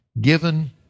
given